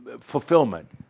fulfillment